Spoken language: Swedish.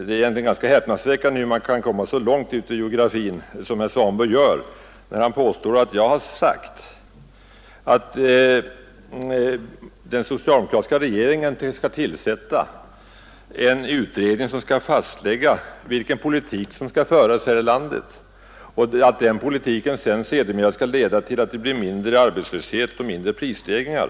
Det är egentligen ganska häpnadsväckande att man kan komma så långt ut i geografin som herr Svanberg gör när han påstår att jag har sagt, att den socialdemokratiska regeringen skall tillsätta en utredning med uppgift att fastlägga vilken politik som skall föras i vårt land, och att denna politik skall leda till mindre arbetslöshet och mindre prisstegringar.